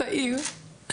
צעיר,